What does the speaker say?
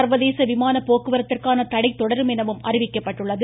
சர்வதேச விமான போக்குவரத்திற்கான தடை தொடரும் எனவும் அறிவிக்கப்பட்டுள்ளது